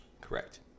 Correct